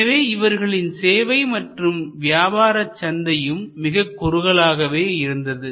எனவே இவர்களின் சேவை மற்றும் வியாபாரசந்தையும் மிக குறுகலாகவே இருந்தது